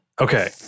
Okay